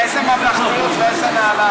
איזה ממלכתיות ואיזה נעליים?